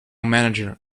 manager